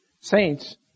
saints